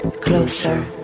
Closer